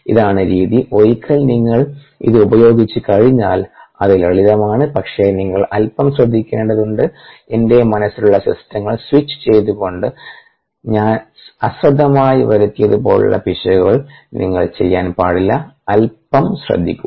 ഇതാണ് രീതി ഒരിക്കൽ നിങ്ങൾ അത് ഉപയോഗിച്ചുകഴിഞ്ഞാൽ അത് ലളിതമാണ് പക്ഷേ നിങ്ങൾ അൽപം ശ്രദ്ധിക്കേണ്ടതുണ്ട് എന്റെ മനസ്സിലുള്ള സിസ്റ്റങ്ങൾ സ്വിച്ച് ചെയ്തുകൊണ്ട് ഞാൻ അശ്രദ്ധമായി വരുത്തിയതുപോലുള്ള പിശകുകൾ നിങ്ങൾ ചെയ്യാൻ പാടില്ല അല്പം ശ്രദ്ധിക്കുക